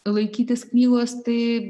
laikytis knygos tai